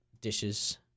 dishes